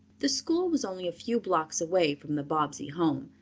the school was only a few blocks away from the bobbsey home,